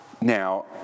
Now